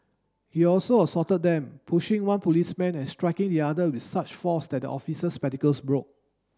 he also assaulted them pushing one policeman and striking the other with such force that the officer's spectacles broke